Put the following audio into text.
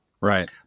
Right